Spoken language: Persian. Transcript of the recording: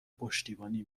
پشتیبانی